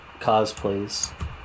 cosplays